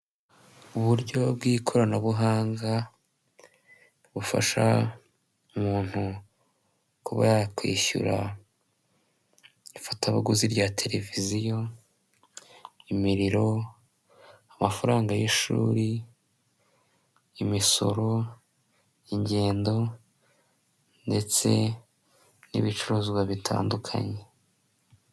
Uburyo bw'ikoranabuhanga bufasha umuntu kuba yakwishyura ifatabuguzi rya tereviziyo, imiriro, amafaranga y'ishuri, imisoro, ingendo, ndetse n'ibicuruzwa bitandukanye.